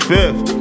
Fifth